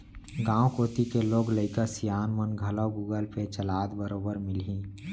गॉंव कोती के लोग लइका सियान मन घलौ गुगल पे चलात बरोबर मिलहीं